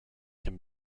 can